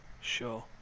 Sure